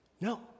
no